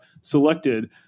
selected